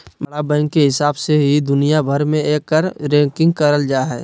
बड़ा बैंक के हिसाब से ही दुनिया भर मे एकर रैंकिंग करल जा हय